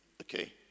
Okay